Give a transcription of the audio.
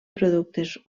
productes